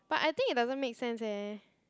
but I think it doesn't make sense eh